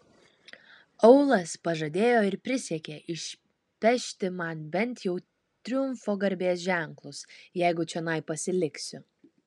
aulas pažadėjo ir prisiekė išpešti man bent jau triumfo garbės ženklus jeigu čionai pasiliksiu